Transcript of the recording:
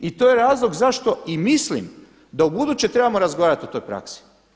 I to je razlog zašto i mislim da ubuduće trebamo razgovarati o toj praksi.